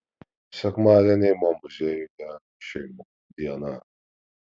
sekmadieniai mo muziejuje šeimų diena